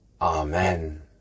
Amen